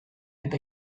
eta